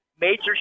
Major